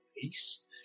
peace